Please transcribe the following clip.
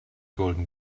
golden